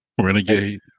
Renegade